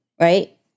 right